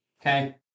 Okay